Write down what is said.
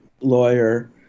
lawyer